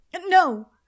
No